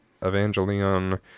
Evangelion